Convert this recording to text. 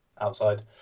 outside